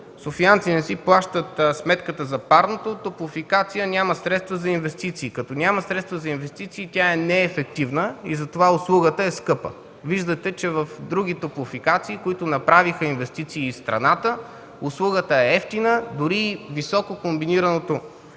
софиянци не си плащат сметката за парното, „Топлофикация” няма средства за инвестиции. Като няма средства за инвестиции тя е неефективна и затова услугата е скъпа. Виждате, че в други топлофикации, които направиха инвестиции из страната, услугата е евтина. Дори високо комбинираното